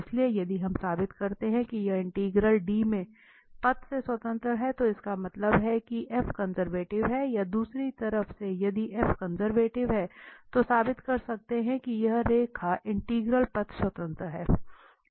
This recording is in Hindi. इसलिए यदि हम साबित करते हैं कि यह इंटीग्रल D में पथ से स्वतंत्र है तो इसका मतलब है कि कंजर्वेटिव है या दूसरी तरह से यदि कंजर्वेटिव है तो साबित कर सकते है कि यह रेखा इंटीग्रल पथ स्वतंत्र है